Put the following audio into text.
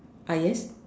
ah yes